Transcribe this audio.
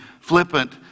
flippant